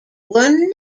were